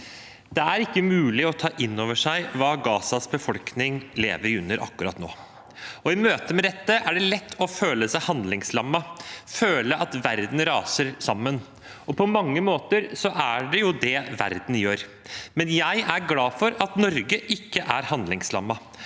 Det er ikke mulig å ta inn over seg hva Gazas befolkning lever under akkurat nå. I møte med dette er det lett å føle seg handlingslammet, føle at verden raser sammen – og på mange måter er det jo det verden gjør. Jeg er glad for at Norge ikke er handlingslammet,